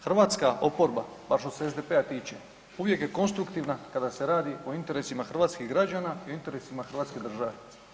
Hrvatska oporba, bar što se SDP-a tiče uvijek je konstruktivna kada se radi o interesima hrvatskih građana i o interesima Hrvatske države.